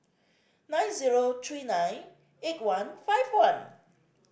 nine zero three nine eight one five one